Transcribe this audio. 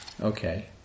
Okay